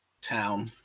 town